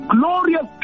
glorious